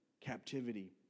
captivity